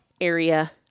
area